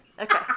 Okay